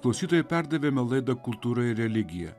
klausytojai perdavėme laidą kultūra ir religija